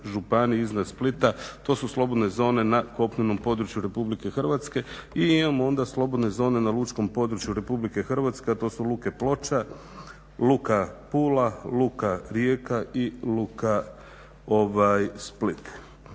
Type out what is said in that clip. županiji iznad Splita. To su slobodne zone na kopnenom području RH i imamo onda slobodne zone na Učkom području RH, a to su luke Ploče, luka Pula, luka Rijeka i luka Split.